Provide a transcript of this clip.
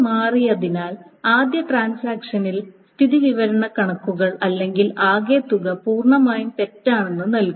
മാറിയതിനാൽ ആദ്യ ട്രാൻസാക്ഷനിൽ സ്ഥിതിവിവരക്കണക്കുകൾ അല്ലെങ്കിൽ ആകെ തുക പൂർണ്ണമായും തെറ്റാണെന്നത് നൽകും